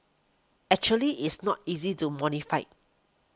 actually it's not easy to modify